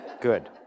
Good